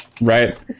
right